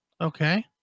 Okay